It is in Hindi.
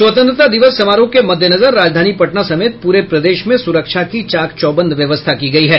स्वतंत्रता दिवस समारोह के मद्देनजर राजधानी पटना समेत पूरे प्रदेश में सुरक्षा की चाक चौबंद व्यवस्था की गयी है